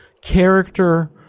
Character